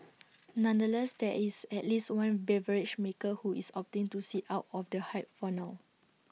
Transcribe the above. nonetheless there is at least one beverage maker who is opting to sit out of the hype for now